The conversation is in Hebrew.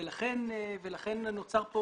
לכן נוצרה כאן